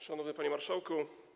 Szanowny Panie Marszałku!